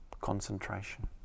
concentration